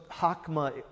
Hakma